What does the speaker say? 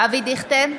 אבי דיכטר,